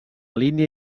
línia